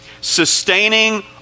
Sustaining